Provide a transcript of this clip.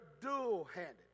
dual-handed